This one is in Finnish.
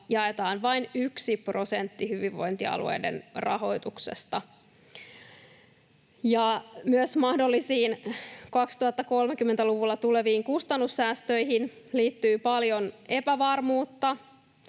jaetaan vain yksi prosentti hyvinvointialueiden rahoituksesta. Myös mahdollisiin 2030-luvulla tuleviin kustannussäästöihin liittyy paljon epävarmuutta.